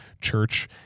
church